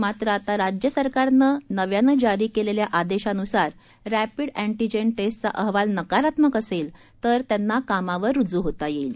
मात्र आता राज्य सरकारनं जारी केलेल्या आदेशानुसार रॅपिड अँटीजेन टेस्टचा अहवाल नकारात्मक असेल तर त्यांना कामावर रुजू होता येईल